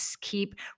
keep